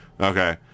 Okay